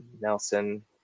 nelson